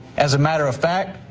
as a matter of fact,